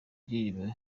indirimbo